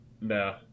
nah